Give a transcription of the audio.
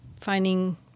finding